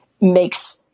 makes